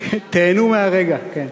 תיהנו מהרגע.